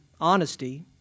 honesty